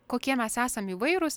kokie mes esam įvairūs